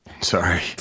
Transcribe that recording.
Sorry